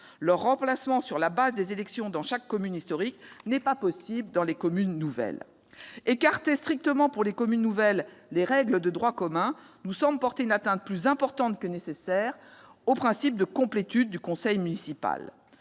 Les pourvoir sur la base des élections dans chaque commune historique n'est pas possible dans les communes nouvelles. Écarter strictement pour les communes nouvelles l'application des règles de droit commun nous semble porter une atteinte plus importante que nécessaire au principe de complétude du conseil municipal.